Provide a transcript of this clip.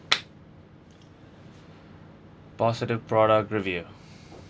positive product review